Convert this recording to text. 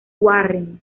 warren